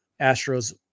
Astros